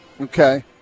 Okay